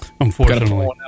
unfortunately